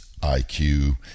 IQ